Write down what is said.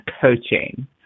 coaching